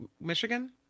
Michigan